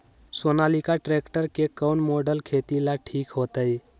Sonalika tractor के कौन model खेती ला ठीक होतै?